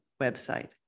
website